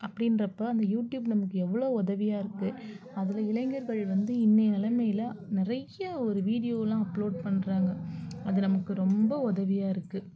அப்படின்றப்ப இந்த யூடியூப் நமக்கு எவ்வளோ உதவியாக இருக்குது அதில் இளைஞர்கள் வந்து இன்றைய நிலமைல நிறைய ஒரு வீடியோலாம் அப்லோட் பண்ணுறாங்க அது நமக்கு ரொம்ப உதவியாக இருக்குது